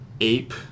Ape